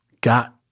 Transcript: got